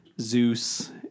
Zeus